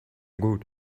good